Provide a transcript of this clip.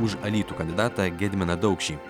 už alytų kandidatą gediminą daukšį